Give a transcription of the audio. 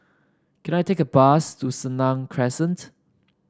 can I take a bus to Senang Crescent